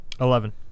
Eleven